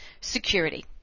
Security